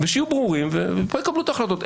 ושיהיו ברורים וכבר יקבלו את ההחלטות.